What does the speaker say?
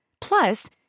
Plus